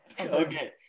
Okay